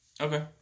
Okay